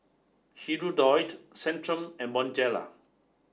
Hirudoid Centrum and Bonjela